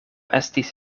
estis